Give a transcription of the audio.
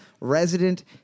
Resident